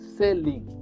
selling